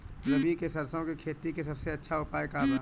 रबी में सरसो के खेती करे के सबसे अच्छा उपाय का बा?